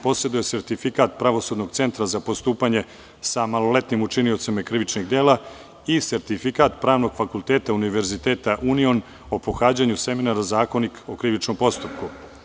Poseduje sertifikat pravosudnog centra za postupanje sa maloletnim učiniocima krivičnih dela i sertifikat Pravnog fakulteta Univerziteta UNION o pohađanju seminara „Zakonik o krivičnom postupku“